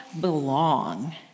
belong